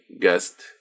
guest